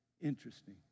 interesting